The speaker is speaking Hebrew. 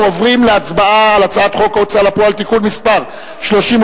אנחנו עוברים להצבעה על הצעת חוק ההוצאה לפועל (תיקון מס' 32)